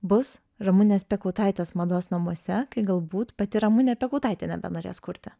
bus ramunės piekautaitės mados namuose kai galbūt pati ramunė piekautaitė nebenorės kurti